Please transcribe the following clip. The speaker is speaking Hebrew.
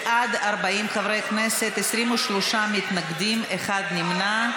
בעד, 40 חברי כנסת, 23 מתנגדים, אחד נמנע.